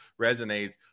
resonates